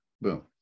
boom